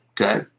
Okay